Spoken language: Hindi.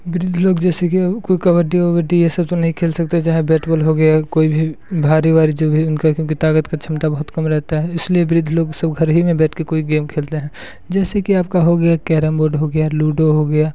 वृध लोग जैसे कि अब कोई कबड्डी वबड्डी ये सब तो नहीं खेल सकते चाहे बेट बॉल हो गया कोई भारी वारी जो भी उनका क्योंकि ताक़त की क्षमता बहुत कम रहता है इस लिए वृद्ध लोग सब घर ही में बैठ कर कोई गेम खेलते हैं जैसे कि आपका हो गया कैरेम बोर्ड हो गया लुडो हो गया